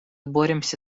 боремся